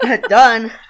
Done